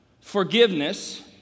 Forgiveness